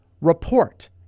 Report